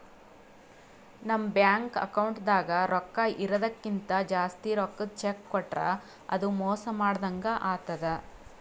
ನಮ್ ಬ್ಯಾಂಕ್ ಅಕೌಂಟ್ದಾಗ್ ರೊಕ್ಕಾ ಇರದಕ್ಕಿಂತ್ ಜಾಸ್ತಿ ರೊಕ್ಕದ್ ಚೆಕ್ಕ್ ಕೊಟ್ರ್ ಅದು ಮೋಸ ಮಾಡದಂಗ್ ಆತದ್